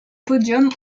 podium